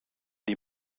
die